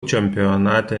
čempionate